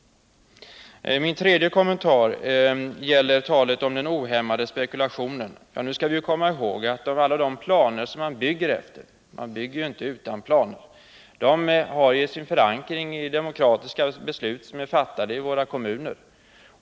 Min tredje kommentar gäller talet om den ohämmade spekulationen. Vi skall komma ihåg att alla de planer som man bygger efter — man bygger ju inte utan planer — har sin förankring i demokratiska beslut, som är fattade i våra kommuner.